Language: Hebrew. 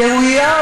דהויות,